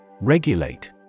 Regulate